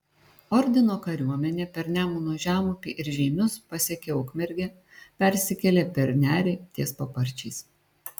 ordino kariuomenė per nemuno žemupį ir žeimius pasiekė ukmergę persikėlė per nerį ties paparčiais